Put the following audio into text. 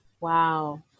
wow